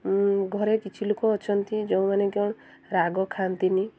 ଘରେ କିଛି ଲୋକ ଅଛନ୍ତି ଯେଉଁମାନେ କି ରାଗ ଖାଆନ୍ତିନି